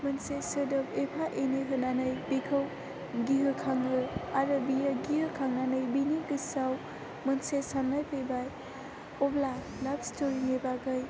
मोनसे सोदोब एफा एनै होननानै बिखौ गिहोखाङो आरो बियो गिहोखांनानै बिनि गोसोआव मोनसे साननाय फैबाय अब्ला लाभ स्ट'रिनि बागै